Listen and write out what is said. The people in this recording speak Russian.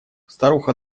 старуха